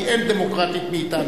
כי אין דמוקרטית מאתנו,